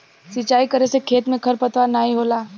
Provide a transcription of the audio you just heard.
सिंचाई करे से खेत में खरपतवार नाहीं होला